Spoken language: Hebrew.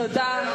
תנו לי רק לסיים.